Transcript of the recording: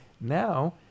Now